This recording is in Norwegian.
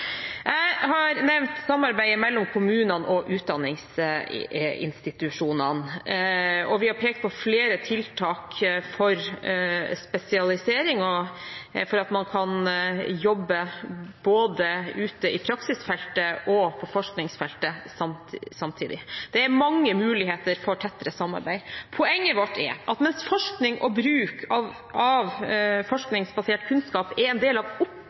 Jeg har nevnt samarbeid mellom kommunene og utdanningsinstitusjonene, og vi har pekt på flere tiltak for spesialisering for at man skal kunne jobbe både ute i praksisfeltet og på forskningsfeltet samtidig. Det er mange muligheter for tettere samarbeid. Poenget vårt er at mens forskning og bruk av forskningsbasert kunnskap er en del av